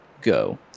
Go